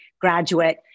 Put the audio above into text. graduate